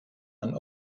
man